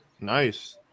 Nice